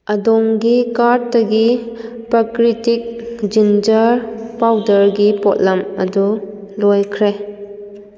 ꯑꯗꯣꯝꯒꯤ ꯀꯥꯔꯠꯇꯒꯤ ꯄ꯭ꯔꯀ꯭ꯔꯤꯇꯤꯛ ꯖꯤꯟꯖꯔ ꯄꯥꯎꯗꯔꯒꯤ ꯄꯣꯠꯂꯝ ꯑꯗꯨ ꯂꯣꯏꯈ꯭ꯔꯦ